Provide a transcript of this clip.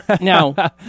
Now